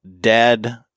dead